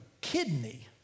kidney